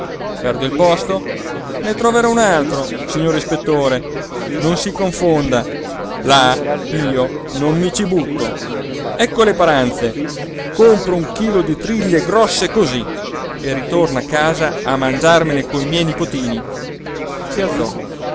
perdo il posto ne troverò un altro signor ispettore non si confonda là io non mi ci butto ecco le paranze compro un chilo di triglie grosse cosí e ritorno a casa a mangiarmele coi